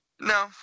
No